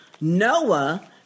Noah